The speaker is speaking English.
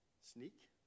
sneak